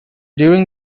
during